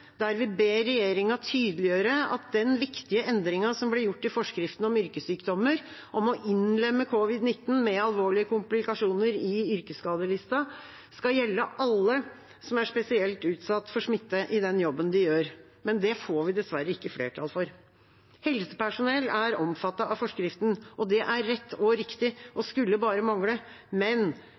der vi ber regjeringen tydeliggjøre at den viktige endringen som ble gjort i forskriften om yrkessykdommer om å innlemme covid-19 med alvorlige komplikasjoner i yrkesskadelista, skal gjelde alle som er spesielt utsatt for smitte i den jobben de gjør. Det får vi dessverre ikke flertall for. Helsepersonell er omfattet av forskriften. Det er rett og riktig, og skulle bare mangle, men